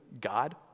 God